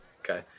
Okay